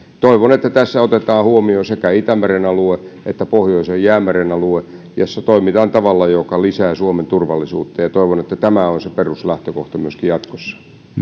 toivon että tässä otetaan huomioon sekä itämeren alue että pohjoisen jäämeren alue jossa toimitaan tavalla joka lisää suomen turvallisuutta ja ja toivon että tämä on se peruslähtökohta myöskin jatkossa